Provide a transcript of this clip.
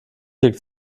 liegt